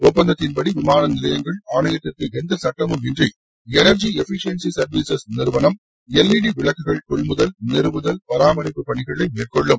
ஒப்பந்தத்தின்படி விமான நிலையங்கள் ஆணையத்திற்கு எந்த சுட்டமும் இன்றி எனர்ஜி எபிஷியன்ஸி சர்வீஸஸ் நிறுவனம் எல்இடி விளக்குகள் கொள்முதல் நிறுவுதல் பராமரிப்பு பணிகளை மேற்கொள்ளும்